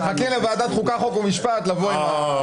נחכה לוועדת החוקה, חוק ומשפט לבוא עם זה.